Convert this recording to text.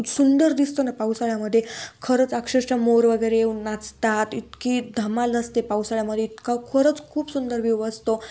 सुंदर दिसतं ना पावसाळ्यामध्ये खरंच अक्षरशः मोर वगैरे येऊन नाचतात इतकी धमाल असते पावसाळ्यामध्ये इतका खरंच खूप सुंदर व्यू असतो